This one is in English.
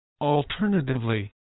Alternatively